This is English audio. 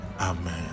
amen